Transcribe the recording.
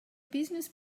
business